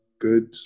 good